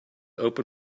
open